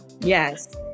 yes